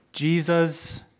Jesus